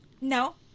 No